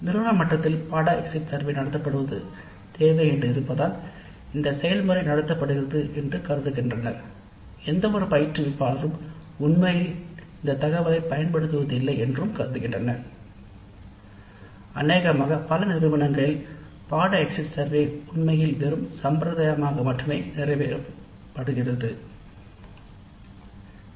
அவற்றை கருத்தானது எந்தவொரு பயிற்றுவிப்பாளரும் உண்மையில் இந்தத் தரவைப் பயன்படுத்துவதில்லை என்றும் இவ்வகை கணக்கெடுப்பு உண்மையில் வெறும் சம்பிரதாயமாக நிர்வகிக்கப்படுகிறது என்பதாகும்